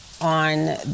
on